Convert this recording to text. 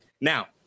now